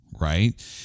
right